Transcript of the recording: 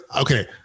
okay